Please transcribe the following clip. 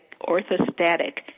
orthostatic